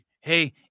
hey